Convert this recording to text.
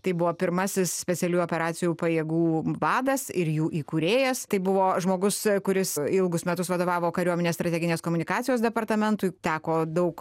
tai buvo pirmasis specialių operacijų pajėgų vadas ir jų įkūrėjas tai buvo žmogus kuris ilgus metus vadovavo kariuomenės strateginės komunikacijos departamentui teko daug